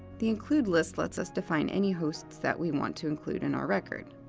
the include list lets us define any hosts that we want to include in our record.